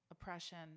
oppression